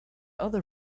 other